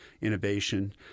innovation